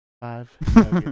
Five